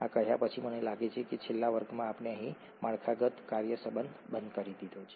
આ કહ્યા પછી મને લાગે છે કે છેલ્લા વર્ગમાં આપણે અહીં માળખાગત કાર્ય સંબંધ બંધ કરી દીધો છે